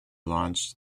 launched